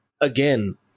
again